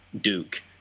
Duke